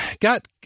got